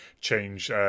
change